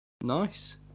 Nice